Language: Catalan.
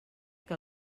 que